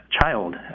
child